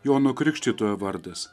jono krikštytojo vardas